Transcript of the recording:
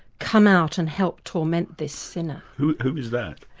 come out and help torment this sinner. who who is that?